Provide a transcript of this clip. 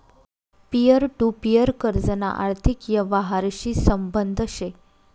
peer to peer कर्जना आर्थिक यवहारशी संबंध शे